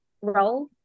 role